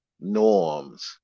norms